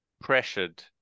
pressured